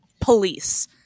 police